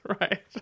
Right